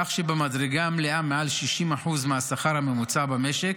כך שבמדרגה מלאה, מעל 60% מהשכר הממוצע במשק,